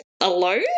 alone